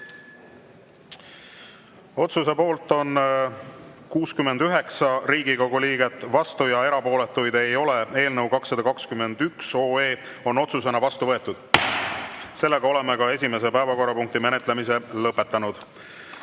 Otsuse poolt on 69 Riigikogu liiget, vastuolijaid ega erapooletuid ei ole. Eelnõu 221 on otsusena vastu võetud. Oleme esimese päevakorrapunkti menetlemise lõpetanud.